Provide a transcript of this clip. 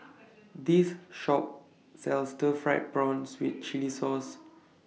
This Shop sells Stir Fried Prawn with Chili Sauce